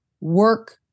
work